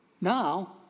Now